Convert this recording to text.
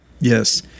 yes